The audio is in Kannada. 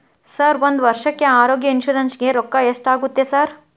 ಸರ್ ಒಂದು ವರ್ಷಕ್ಕೆ ಆರೋಗ್ಯ ಇನ್ಶೂರೆನ್ಸ್ ಗೇ ರೊಕ್ಕಾ ಎಷ್ಟಾಗುತ್ತೆ ಸರ್?